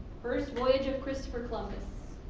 first voyage of christopher columbus.